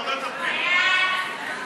מחוץ למעגל מקבלי ההחלטות,